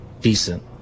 decent